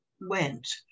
went